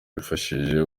bifashishije